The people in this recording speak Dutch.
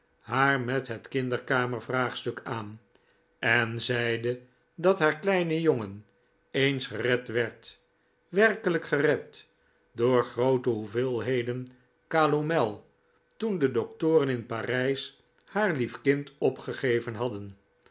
haar met het kinderkamer vraagstuk aan en zeide dat haar kleine jongen eens gered werd werkelijk gered door groote hoeveelheden calomel toen de doctoren in parijs haar lief kind opgegeven hadden